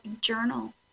journal